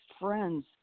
friends